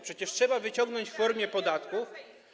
Przecież trzeba wyciągnąć w formie podatków.